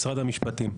משרד המשפטים.